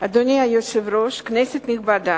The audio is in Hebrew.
אדוני היושב-ראש, כנסת נכבדה,